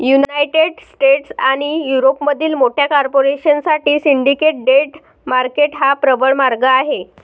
United States आणि युरोपमधील मोठ्या कॉर्पोरेशन साठी सिंडिकेट डेट मार्केट हा प्रबळ मार्ग आहे